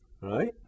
Right